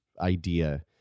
idea